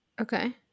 Okay